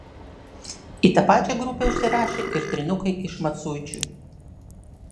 į tą pačią grupę užsirašė ir trynukai iš maciuičių